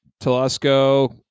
Telesco